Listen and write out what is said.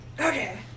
Okay